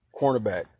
Cornerback